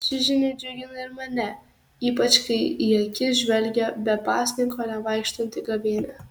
ši žinia džiugina ir mane ypač kai į akis žvelgia be pasninko nevaikštanti gavėnia